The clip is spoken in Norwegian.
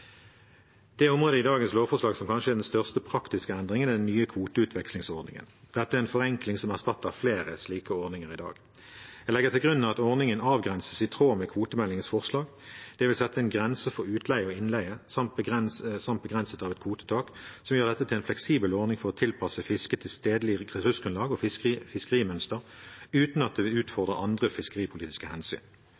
Det området i dagens lovforslag som kanskje er den største praktiske endringen, er den nye kvoteutvekslingsordningen. Dette er en forenkling som erstatter flere slike ordninger i dag. Jeg legger til grunn at ordningen avgrenses i tråd med kvotemeldingens forslag. Det vil sette en grense for utleie og innleie samt en begrensning i form av et kvotetak, noe som gjør dette til en fleksibel ordning for å tilpasse fiske til stedlig ressursgrunnlag og fiskerimønster uten at det vil